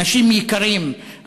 אנשים יקרים,